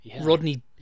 Rodney